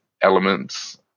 elements